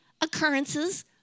occurrences